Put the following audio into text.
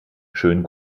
schönen